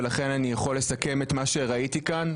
ולכן אני יכול לסכם את מה שראיתי כאן,